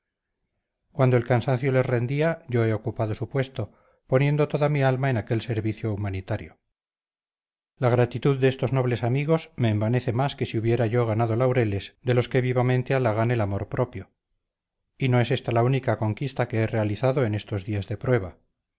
cuando el cansancio les rendía yo he ocupado su puesto poniendo toda mi alma en aquel servicio humanitario la gratitud de estos nobles amigos me envanece más que si hubiera yo ganado laureles de los que vivamente halagan el amor propio y no es esta la única conquista que he realizado en estos días de prueba